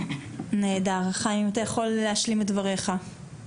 חיים אתה יכול להשלים את דברייך.